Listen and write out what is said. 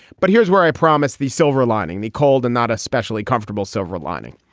but here's where i promise the silver lining they called and not especially comfortable silver lining.